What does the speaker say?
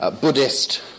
Buddhist